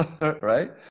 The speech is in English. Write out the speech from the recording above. right